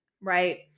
Right